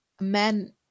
men